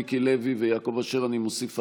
מיקי לוי ויעקב אשר.